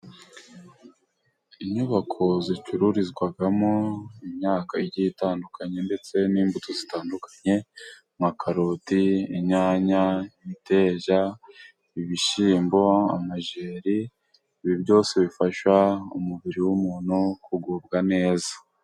Inyubako zicururizwamo imyaka igiye itandukanye ndetse n'imbuto zitandukanye. Nka karoti, inyanya, imiteja, ibishyimbo, amajyeri, ibi byose bifasha umubiri w'umuntu kugubwa neza.